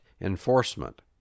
enforcement